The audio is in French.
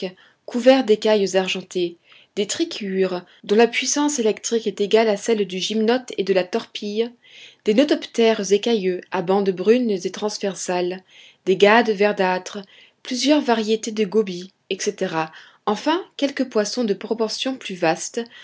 couverts d'écailles argentées des trichiures dont la puissance électrique est égale à celle du gymnote et de la torpille des notoptères écailleux à bandes brunes et transversales des gades verdâtres plusieurs variétés de gobies etc enfin quelques poissons de proportions plus vastes